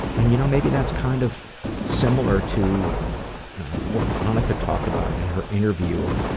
and you know maybe that's kind of similar to what anneke talked about in her interview,